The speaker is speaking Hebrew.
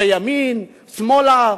בימין ושמאלה.